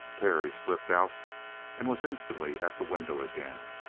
terry slipped out and was instantly at the window again.